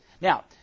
Now